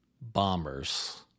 Bombers